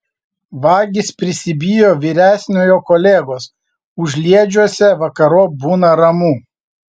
vagys prisibijo vyresniojo kolegos užliedžiuose vakarop būna ramu